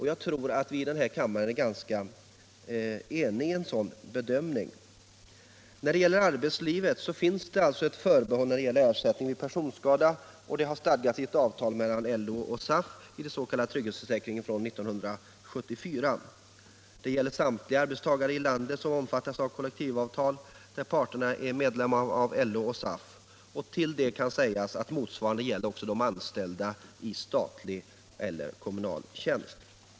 Jag tror också att vi här i denna kammare är ganska eniga om ett sådant mål. När det gäller arbetslivet finns det ett förbehåll beträffande ersättning vid personskada. Det har stadgats i ett avtal mellan LO och SAF i den s.k. trygghetsförsäkringen från 1974. Det gäller samtliga arbetstagare i landet som omfattas av kollektivavtal, där parterna är medlemmar av LO och SAF. Och motsvarande gäller numera också de anställda i statlig och kommunal tjänst.